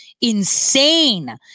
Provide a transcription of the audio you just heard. insane